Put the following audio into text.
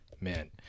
man